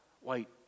white